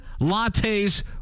lattes